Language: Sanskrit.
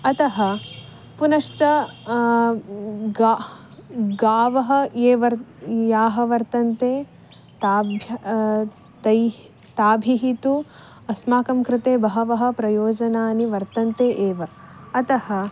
अतः पुनश्च गाः गावः ये वर् याः वर्तन्ते ताभ्य तैः ताभिः तु अस्माकं कृते बहवः प्रयोजनानि वर्तन्ते एव अतः